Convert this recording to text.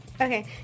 Okay